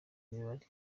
imibare